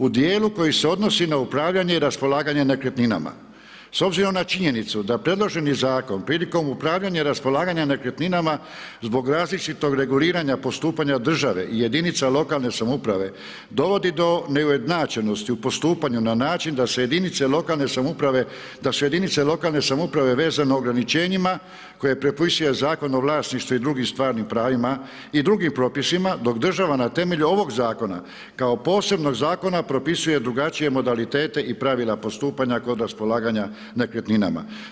U djelu koji se odnosi na upravljanje i raspolaganje nekretninama s obzirom na činjenicu da predloženi zakon prilikom upravljanja i raspolaganja nekretninama zbog različitog reguliranja postupanja država i jedinica lokalne samouprave dovodi do neujednačenosti u postupanju na način da su jedinice lokalne samouprave vezane ograničenjima koje propisuje Zakon o vlasništvu i drugim stvarnim pravima i drugim propisima, dok država na temelju ovog zakona kao posebnog zakona propisuje drugačije modalitete i pravila postupanja kod raspolaganja nekretninama.